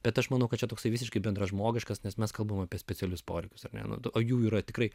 bet aš manau kad čia toksai visiškai bendražmogiškas nes mes kalbame apie specialius poreikius ar ne o jų yra tikrai